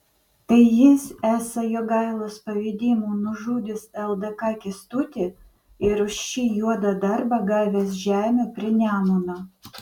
tai jis esą jogailos pavedimu nužudęs ldk kęstutį ir už šį juodą darbą gavęs žemių prie nemuno